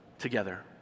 together